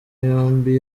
yombi